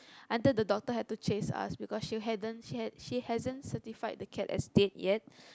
until the doctor had to chase us because she hadn't she had she hasn't certified the cat as dead yet